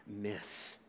miss